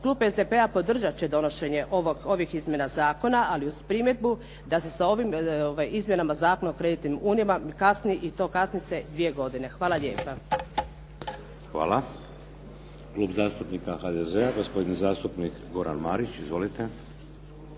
Klub SDP-a podržat će donošenje ovih izmjena zakona, ali uz primjedbu da se sa ovim izmjenama Zakona o kreditnim unijama kasni i to kasni se dvije godine. Hvala lijepa. **Šeks, Vladimir (HDZ)** Hvala. Klub zastupnika HDZ-a, gospodin zastupnik Goran Marić. Izvolite.